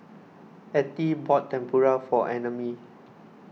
Ettie bought Tempura for Annamae